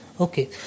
Okay